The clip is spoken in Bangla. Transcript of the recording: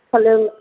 তাহলে